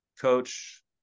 coach